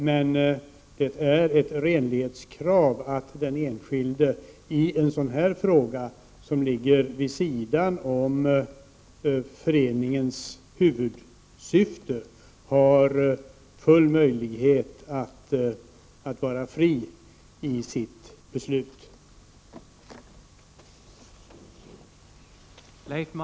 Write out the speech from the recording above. Men det är ett renlighetskrav att den enskilde i en sådan här fråga, som ligger vid sidan av föreningens huvudsyfte, har full möjlighet att vara fri i sitt beslut.